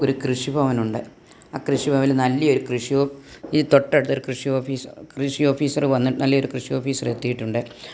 ഒരു കൃഷിഭവനുണ്ട് ആ കൃഷിഭവനിൽ നല്ല ഒരു കൃഷിയും ഈ തൊട്ടടുത്ത് ഒരു കൃഷി ഓഫ് കൃഷി ഓഫീസർ വന്ന് നല്ല ഒരു കൃഷി ഓഫീസർ എത്തീട്ടുണ്ട്